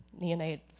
neonates